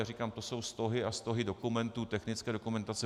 Já říkám, to jsou stohy a stohy dokumentů technické dokumentace.